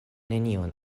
nenion